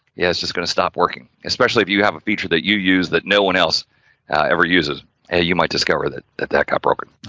yeah it's just going to stop working. especially, if you have a feature that you use, that no one else ever uses, hey you might discover that, that that got broken.